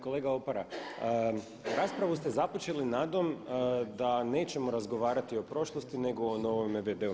Kolega Opara, raspravu ste započeli nadom da nećemo razgovarati o prošlosti nego o novom VD-u.